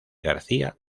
garcía